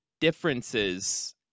differences